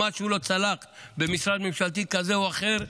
אם משהו לא צלח במשרד ממשלתי כזה או אחר,